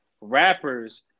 Rappers